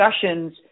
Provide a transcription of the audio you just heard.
discussions